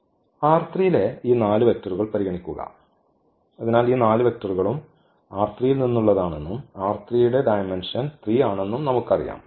ലെ ഈ 4 വെക്ടറുകൾ പരിഗണിക്കുക അതിനാൽ ഈ 4 വെക്റ്ററുകളും ൽ നിന്നുള്ളതാണെന്നും ന്റെ ഡയമെന്ഷൻ 3 ആണെന്നും നമുക്കറിയാം